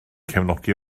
cefnogi